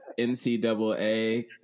NCAA